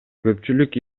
көпчүлүк